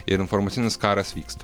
ir informacinis karas vyksta